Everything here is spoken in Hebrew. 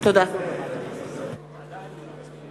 הצבענו על הסתייגות 87 לסעיף 40(2). בעד ההסתייגות,